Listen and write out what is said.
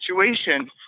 situation